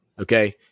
Okay